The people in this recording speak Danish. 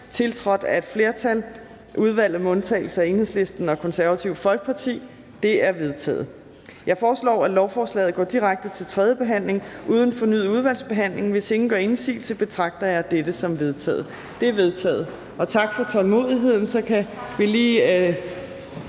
tiltrådt af et flertal (udvalget med undtagelse af EL og KF)? De er vedtaget. Jeg foreslår, at lovforslaget går direkte til tredje behandling uden fornyet udvalgsbehandling. Hvis ingen gør indsigelse, betragter jeg dette som vedtaget. Det er vedtaget. Tak for tålmodigheden.